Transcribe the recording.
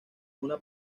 una